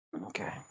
Okay